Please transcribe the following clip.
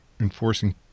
enforcing